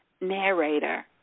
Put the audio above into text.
narrator